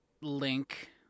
link